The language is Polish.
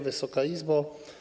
Wysoka Izbo!